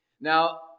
Now